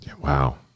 wow